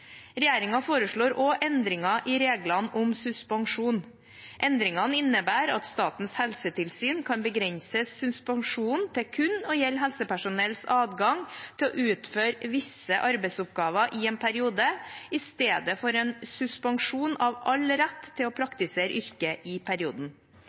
foreslår også endringer i reglene om suspensjon. Endringene innebærer at Statens helsetilsyn kan begrense suspensjonen til kun å gjelde helsepersonells adgang til å utføre visse arbeidsoppgaver i en periode, i stedet for en suspensjon av all rett til å